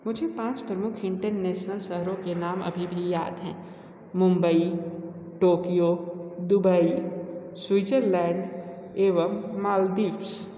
मुझे पाँच प्रमुख इंटरनेशनल शहरों के नाम अभी भी याद है मुंबई टोकियो दुबई स्विट्ज़रलैंड एवं मालद्वीप्स